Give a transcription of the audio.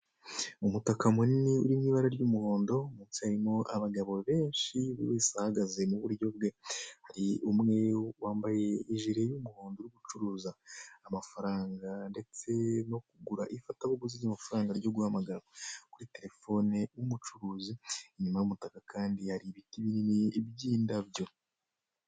Umutaka munini uri mu ibara ry'umuhondo ndetse harimo abagabo benshi buri wese ahagaze mu buryo bwe, hari umwe wambaye ijire y'umuhondo ucuruza amafaranga ndetse no kugura ifatabuguzi ry'amafaranga ryo guhamagara kuri telefone y'umucuruzi, inyuma y'umutaka kandi hari ibiti binini by'indabyo.